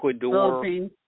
Philippines